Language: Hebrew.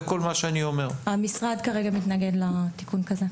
כרגע המשרד מתנגד לתיקון כזה.